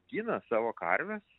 gina savo karves